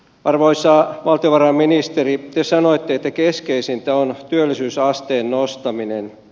arvoisa valtiovarainministeri te sanoitte että keskeisintä on työllisyysasteen nostaminen